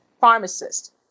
pharmacist